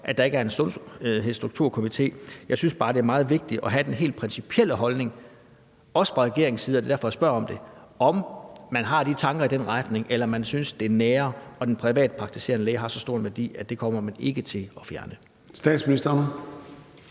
kommet noget fra Sundhedsstrukturkommissionen. Jeg synes bare, det er meget vigtigt at have den helt principielle holdning også fra regeringens side. Det er derfor, jeg spørger, om man har tanker i den retning, eller om man synes, at det nære og den privatpraktiserende læge har så stor en værdi, at man ikke kommer til at fjerne